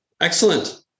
Excellent